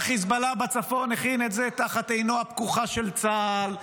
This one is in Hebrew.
והחיזבאללה בצפון הכין את זה תחת עינו הפקוחה של צה"ל,